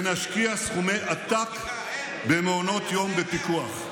ונשקיע סכומי עתק במעונות יום בפיקוח.